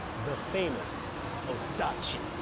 the famous odacchi,